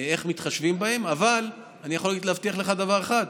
איך מתחשבים בהן, אבל אני יכול להבטיח לך דבר אחד,